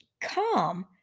calm